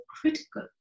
critical